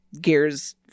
gears